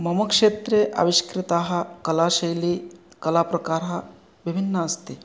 मम क्षेत्रे आविष्कृताः कलाशैली कलाप्रकारः विभिन्ना अस्ति